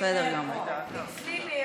אצלי באירוע.